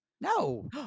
No